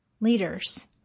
leaders